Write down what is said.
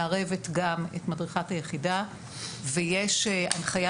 מערבת גם את מדריכת היחידה ויש הנחיה